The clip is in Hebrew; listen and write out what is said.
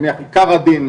נגיד עיקר הדין,